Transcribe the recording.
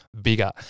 bigger